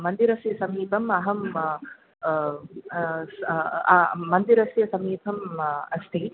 मन्दिरस्य समीपम् अहं आ मन्दिरस्य समीपम् अस्ति